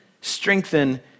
strengthen